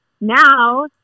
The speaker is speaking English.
now